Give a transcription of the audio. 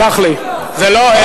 סלח לי,